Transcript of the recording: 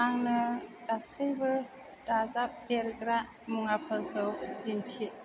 आंनो गासैबो दाजाबदेरग्रा मुवाफोरखौ दिन्थि